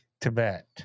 Tibet